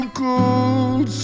cold